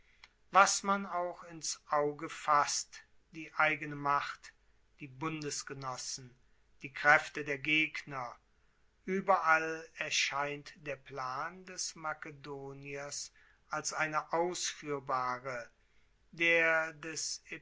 was man auch ins auge fasst die eigene macht die bundesgenossen die kraefte der gegner ueberall erscheint der plan des makedoniers als eine ausfuehrbare der des